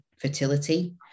fertility